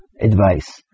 advice